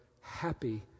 happy